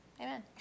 Amen